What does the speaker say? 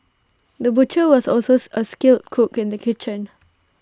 the butcher was also A skilled cook in the kitchen